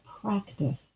practice